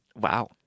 Wow